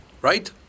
right